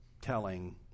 telling